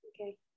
Okay